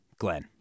Glenn